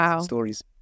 stories